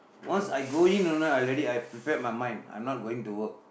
once I go in you know I already I prepared my mind I am not going to work